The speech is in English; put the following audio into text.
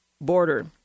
border